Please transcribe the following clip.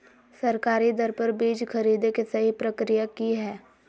सरकारी दर पर बीज खरीदें के सही प्रक्रिया की हय?